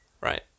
right